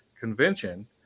convention